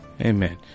Amen